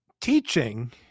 teaching